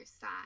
side